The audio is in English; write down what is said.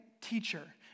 teacher